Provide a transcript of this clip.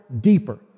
deeper